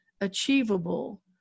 achievable